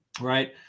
right